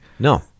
No